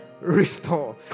Restore